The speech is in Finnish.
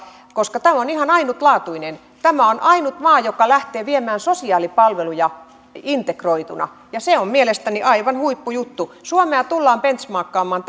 koska tämä on ihan ainutlaatuinen tämä on ainut maa joka lähtee viemään sosiaalipalveluja integroituina ja se on mielestäni aivan huippujuttu suomea tullaan benchmarkkaamaan